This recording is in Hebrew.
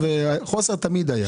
חוסר תמיד היה.